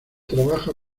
trabaja